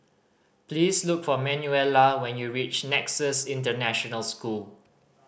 please look for Manuela when you reach Nexus International School